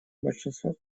большинство